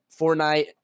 Fortnite